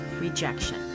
rejection